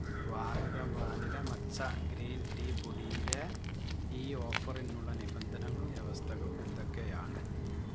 Vahdam vanilla matcha green tea പൊടിയിലെ ഈ ഓഫറിനുള്ള നിബന്ധനകളും വ്യവസ്ഥകളും എന്തൊക്കെയാണ്